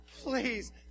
please